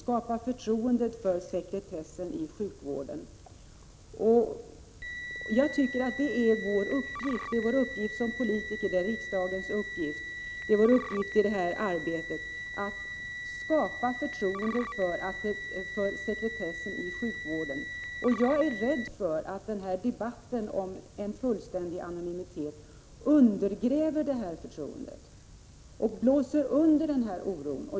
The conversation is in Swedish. Jag tycker att det är riksdagens uppgift och vår uppgift som politiker att i det här arbetet skapa förtroende för sekretessen i sjukvården. Jag är rädd för att debatten om en fullständig anonymitet undergräver detta förtroende och blåser under oron.